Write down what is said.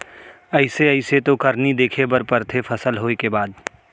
अइसे अइसे तो करनी देखे बर परथे फसल होय के बाद